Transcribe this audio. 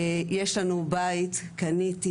יש לנו בית, קניתי.